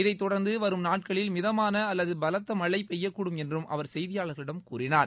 இதைதொடர்ந்துவரும் நாட்களில் மிதமானஅல்லதுபலத்தமழைபெய்யக்கூடும் என்றும் அவர் செய்தியாளர்களிடம் கூறினார்